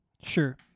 Sure